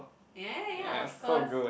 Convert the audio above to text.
ya ya ya of course